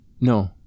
No